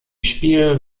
spiel